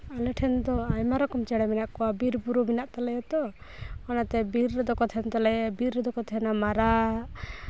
ᱟᱞᱮ ᱴᱷᱮᱱ ᱫᱚ ᱟᱭᱢᱟ ᱨᱚᱠᱚᱢ ᱪᱮᱬᱮ ᱢᱮᱱᱟᱜ ᱠᱚᱣᱟ ᱵᱤᱨᱼᱵᱩᱨᱩ ᱢᱮᱱᱟᱜ ᱛᱟᱞᱮᱭᱟ ᱛᱚ ᱚᱱᱟᱛᱮ ᱵᱤᱨ ᱨᱮᱫᱚ ᱠᱚ ᱛᱟᱦᱮᱱ ᱛᱟᱞᱮᱭᱟ ᱵᱤᱨ ᱨᱮᱫᱚ ᱠᱚ ᱛᱟᱦᱮᱱᱟ ᱢᱟᱨᱟᱜ